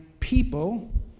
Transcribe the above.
people